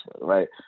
right